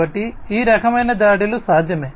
కాబట్టి ఈ రకమైన దాడులు సాధ్యమే